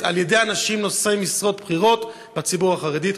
על-ידי אנשים נושאי משרות בכירות בציבור החרדי.